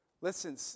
Listen